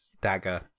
dagger